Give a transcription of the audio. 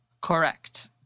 Correct